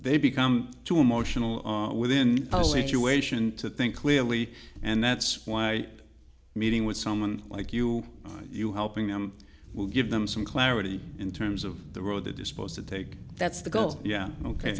they become too emotional within to think clearly and that's why meeting with someone like you you helping them will give them some clarity in terms of the road that is supposed to take that's the goal yeah ok